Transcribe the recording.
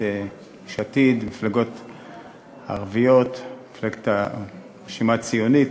יש עתיד, המפלגות הערביות, המחנה הציוני,